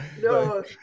no